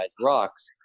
rocks